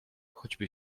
choćby